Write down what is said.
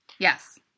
Yes